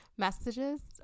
messages